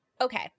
okay